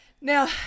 Now